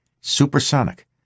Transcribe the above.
Supersonic